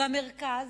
במרכז,